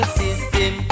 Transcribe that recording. system